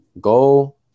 Go